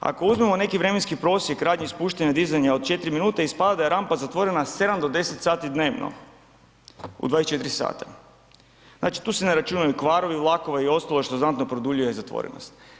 Ako uzmemo neki vremenski prosjek radnji spuštanja i dizanja od 4 minute ispada da je rampa zatvorena 7 do 10 sati dnevno u 24 sata, znači tu se ne računaju kvarovi vlakova i ostalo što znatno produljuje zatvorenost.